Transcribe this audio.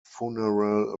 funeral